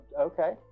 okay